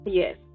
yes